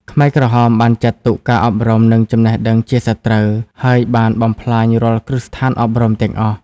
ខ្មែរក្រហមបានចាត់ទុកការអប់រំ និងចំណេះដឹងជាសត្រូវ ហើយបានបំផ្លាញរាល់គ្រឹះស្ថានអប់រំទាំងអស់។